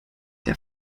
der